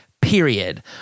period